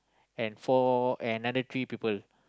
and four another three people